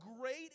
great